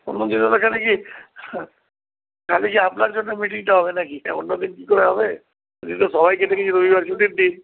অন্য দিন হলে কেন কি তাহলে কি আপনার জন্য মিটিংটা হবে নাকি অন্য দিন কি করে হবে আমি তো সবাইকে ডেকেছি রবিবার ছুটির দিন